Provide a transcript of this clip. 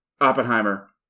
Oppenheimer